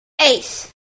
Ace